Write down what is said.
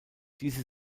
diese